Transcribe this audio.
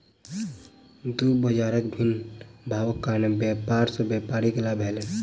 दू बजारक भिन्न भावक कारणेँ व्यापार सॅ व्यापारी के लाभ भेलैन